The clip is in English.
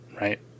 right